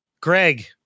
Greg